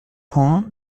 points